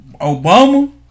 Obama